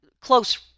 close